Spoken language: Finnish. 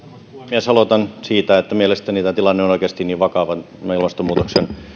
puhemies aloitan siitä että mielestäni tämä tilanne on oikeasti niin vakava ilmastonmuutoksen